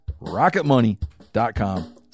rocketmoney.com